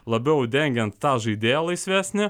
labiau dengiant tą žaidėją laisvesni